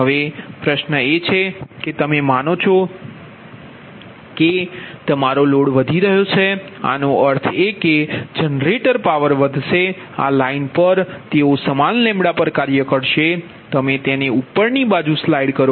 હવે પ્રશ્ન એ છે કે તમે માનો છો કે તમારો લોડ વધી રહ્યો છે આનો અર્થ એ કે જનરેટર પાવર વધશે આ લાઇન પર તેઓ સમાન λ પર કાર્ય કરશે તમે તેને ઉપરની બાજુ સ્લાઇડ કરો